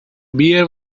beer